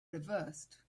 reversed